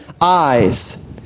eyes